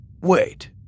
Wait